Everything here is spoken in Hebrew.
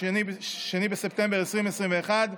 2 בספטמבר 2021,